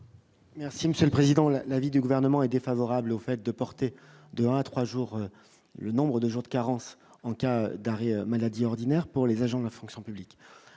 Merci Monsieur le Président, la l'avis du gouvernement est défavorable au fait de porter 2 à 3 jours, le nombre de jours de carence en cas d'arrêt maladie ordinaire pour les agents de la fonction publique,